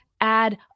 add